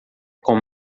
com